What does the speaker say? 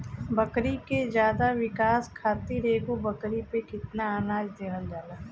बकरी के ज्यादा विकास खातिर एगो बकरी पे कितना अनाज देहल जाला?